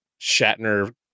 Shatner